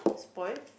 spoilt